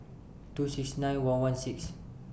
two six nine one one six